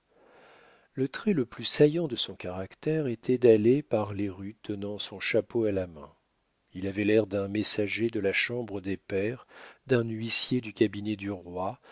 le trait le plus saillant de son caractère était d'aller par les rues tenant son chapeau à la main il avait l'air d'un messager de la chambre des pairs d'un huissier du cabinet du roi